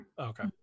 Okay